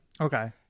Okay